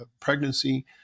pregnancy